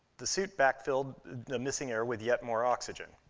the suit backfilled the missing air with yet more oxygen.